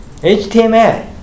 HTML